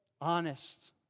honest